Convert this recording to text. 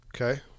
Okay